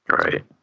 Right